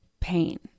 pain